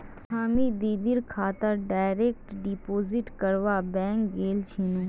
हामी दीदीर खातात डायरेक्ट डिपॉजिट करवा बैंक गेल छिनु